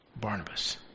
Barnabas